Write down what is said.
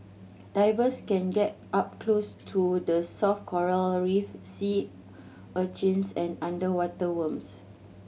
divers can get up close to the soft coral reef sea urchins and underwater worms